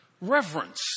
reverence